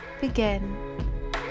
begin